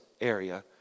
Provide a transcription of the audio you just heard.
area